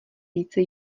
více